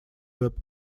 web